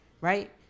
right